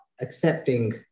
accepting